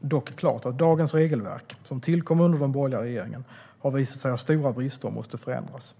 dock klart att dagens regelverk, som tillkom under den borgerliga regeringen, har visat sig ha stora brister och måste förändras.